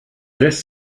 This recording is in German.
lässt